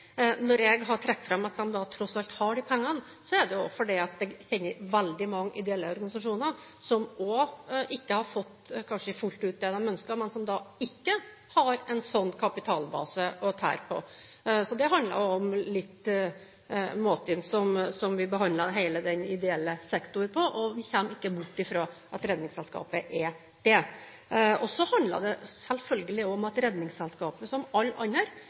Når jeg har trukket fram at de tross alt har de pengene, er det også fordi jeg kjenner veldig mange ideelle organisasjoner som heller ikke har fått fullt ut det de ønsket, men som ikke har en sånn kapitalbase å tære på. Så det handler litt om måten som vi behandler hele den ideelle sektor på, og vi kommer ikke bort fra at Redningsselskapet er en del av den. Så handler det selvfølgelig om at Redningsselskapet, som alle andre,